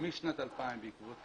משנת 2000, בעקבות